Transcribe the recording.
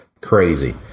Crazy